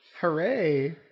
Hooray